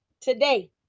today